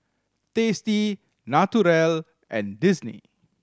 Tasty Naturel and Disney